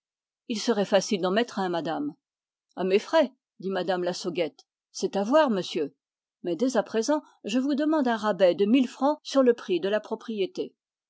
il serait facile d'en mettre un madame à mes frais dit mme lassauguette c'est à voir monsieur mais dès à présent je vous demande un rabais sur le prix de la propriété